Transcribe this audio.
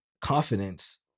confidence